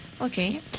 Okay